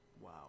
Wow